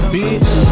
Bitch